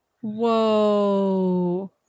Whoa